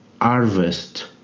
harvest